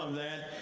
um that.